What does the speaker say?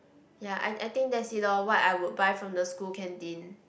ya I I think that's it loh what I would buy from the school canteen